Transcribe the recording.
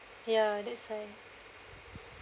ya that's why